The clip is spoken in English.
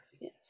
yes